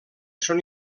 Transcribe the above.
són